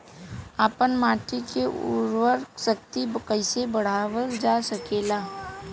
आपन माटी क उर्वरा शक्ति कइसे बढ़ावल जा सकेला?